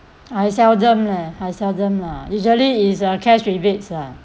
I seldom leh I seldom lah usually is uh cash rebates ah